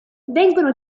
vengono